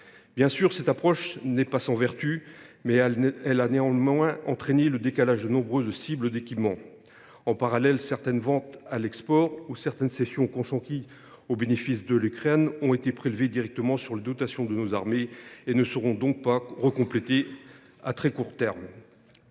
Bien sûr, cette approche n’est pas sans vertu, mais elle a entraîné le décalage de nombreuses cibles d’équipements. En parallèle, certaines ventes à l’export ou certaines cessions consenties au bénéfice de l’Ukraine ont été prélevées directement sur les dotations de nos armées et ne seront pas recomplétées à très court terme.